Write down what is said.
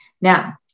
Now